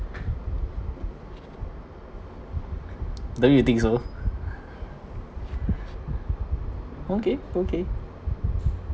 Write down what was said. don't you think so okay okay